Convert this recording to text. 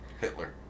Hitler